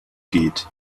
geht